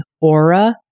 Aura